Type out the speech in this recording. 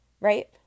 right